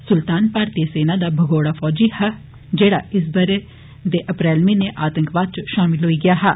सुल्तान भारतीय सेना दा भगोड़ा फौजी हा जेहड़ा इस ब रे दे अप्रैल म्हीनें आतंकवाद च शामल होई गेआ हा